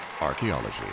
Archaeology